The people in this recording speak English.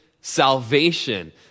salvation